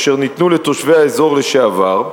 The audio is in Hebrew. אשר ניתנו לתושבי האזור לשעבר,